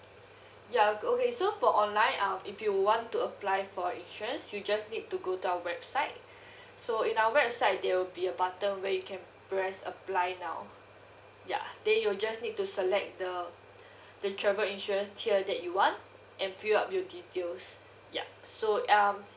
ya okay so for online um if you want to apply for insurance you just need to go to your website so in our website there will be a button where you can press apply now ya then you just need to select the the travel insurance tier that you want and fill up your details yup so um